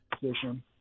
position